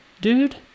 dude